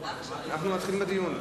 אנחנו נתחיל בדיון.